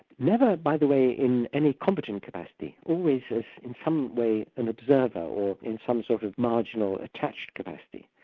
never, by the way, in any combatant capacity, always ah in some way an observer, or in some sort of marginal attached capacity.